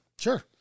Sure